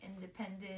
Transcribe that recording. independent